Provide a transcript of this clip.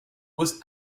was